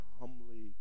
humbly